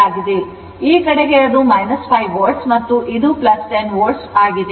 ಈ ಕಡೆ ಅದು 5 volt ಮತ್ತು ಇದು 10 volt